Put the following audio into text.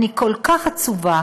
אני כל כך עצובה